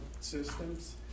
systems